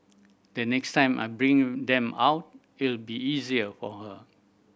the next time I bring them out it'll be easier to her